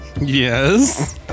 Yes